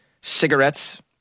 cigarettes